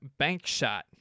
Bankshot